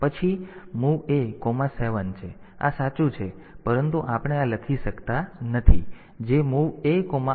તેથી આ સાચું છે પરંતુ આ આપણે લખી શકતા નથી જે MOV AR7 છે